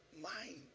mind